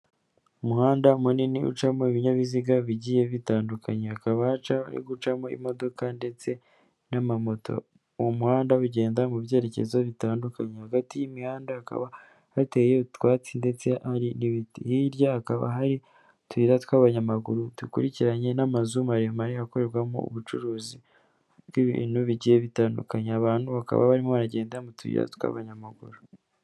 Umuhanda munini ucamo ibinyabiziga bigiye bitandukanye, hakaba haca hari gucamo imodoka ndetse n'amamoto, uwo muhanda ugenda mu byerekezo bitandukanye hagati y'imihanda hakaba hateye utwatsi ndetse hari n'ibiti, hirya hakaba hari utuyira tw'abanyamaguru dukurikiranye n'amazu maremare akorerwamo ubucuruzi bw'ibintu bigiye bitandukanye, abantu bakaba barimo baragenda mu tuyira tw'abanyamaguru.